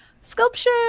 Sculpture